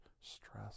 stress